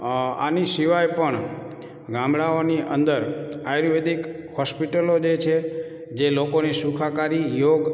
આની સિવાય પણ ગામડાઓની અંદર આયુર્વેદિક હૉસ્પિટલો જે છે જે લોકોની સુખાકારી યોગ